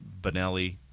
Benelli